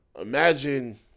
Imagine